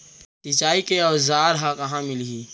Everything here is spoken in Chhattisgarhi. सिंचाई के औज़ार हा कहाँ मिलही?